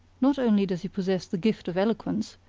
not only does he possess the gift of eloquence,